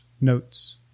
notes